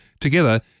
together